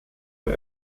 der